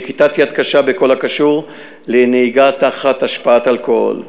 נקיטת יד קשה בכל הקשור לנהיגה תחת השפעת אלכוהול.